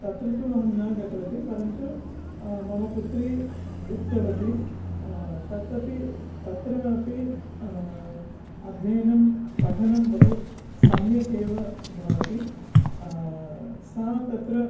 तत्र तु अहं न गतवती परन्तु मम पुत्री उक्तवती तत् अपि तत्रापि अध्ययनं पठनं बहु सम्यगेव भवति सा तत्र